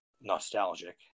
nostalgic